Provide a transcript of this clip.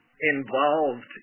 involved